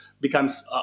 becomes